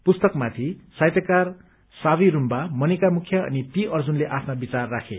पुस्तकमाथि साहित्यकार सावी रूम्बा मनिका मुखिया अनि पी अर्जुनले आफ्ना विचार राखे